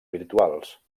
virtuals